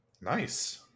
Nice